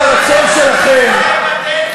שכאלה.